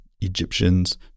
Egyptians